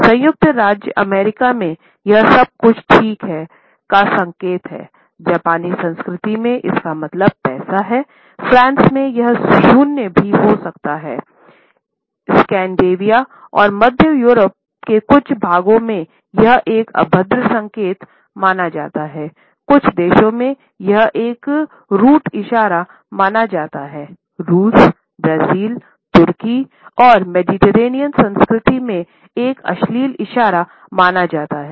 संयुक्त राज्य अमेरिका में यह सब कुछ ठीक' है का संकेत है जापानी संस्कृति में इसका मतलब पैसा है फ्रांस में यह शून्य भी हो सकता हैस्कैंडेनेविया और मध्य यूरोप के कुछ भागों में यह एक अभद्र संकेत माना जाता है कुछ देशों में यह एक रूट इशारा माना जाता हैरूस ब्राजील तुर्की और मेडिटरेनीयन संस्कृतियों में एक अश्लील इशारा माना जाता है